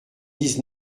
dix